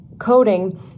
coding